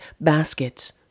baskets